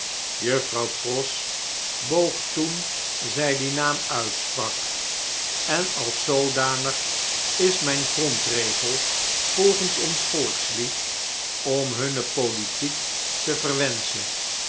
juffrouw pross boog toen zy dien naam uitsprak en als zoodanig is mjjn grondregel volgens ons volkslied om hunne politiek te verwenschen